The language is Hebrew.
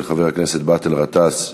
של חבר הכנסת באסל גטאס.